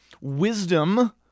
wisdom